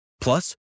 Plus